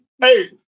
Hey